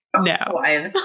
No